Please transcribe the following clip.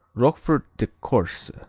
roquefort de corse